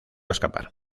escapar